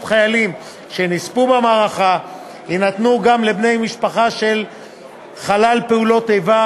חיילים שנספו במערכה יינתנו גם לבני משפחה של חלל פעולות איבה,